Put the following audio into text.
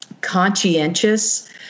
conscientious